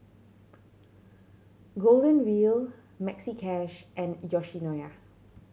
Golden Wheel Maxi Cash and Yoshinoya